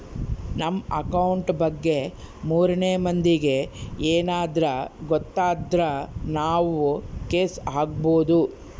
ನಮ್ ಅಕೌಂಟ್ ಬಗ್ಗೆ ಮೂರನೆ ಮಂದಿಗೆ ಯೆನದ್ರ ಗೊತ್ತಾದ್ರ ನಾವ್ ಕೇಸ್ ಹಾಕ್ಬೊದು